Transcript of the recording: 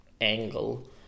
angle